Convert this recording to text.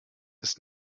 ist